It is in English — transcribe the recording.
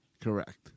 Correct